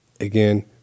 Again